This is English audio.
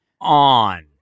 On